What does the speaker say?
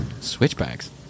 Switchbacks